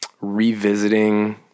revisiting